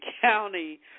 County